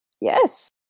Yes